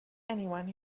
anyone